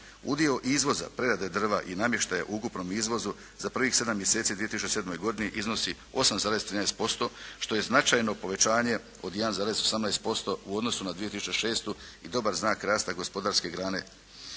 Udio izvoza, prerade drva i namještaja u ukupnom izvozu za prvih 7 mjeseci u 2007. godini iznosi 8,13% što je značajno povećanje od 1,18% u odnosu na 2006. i dobar znak rasta gospodarske grane.